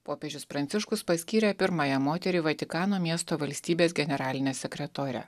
popiežius pranciškus paskyrė pirmąją moterį vatikano miesto valstybės generaline sekretore